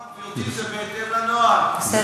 למה, גברתי?